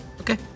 Okay